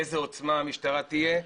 באיזו עוצמה המשטרה תהיה,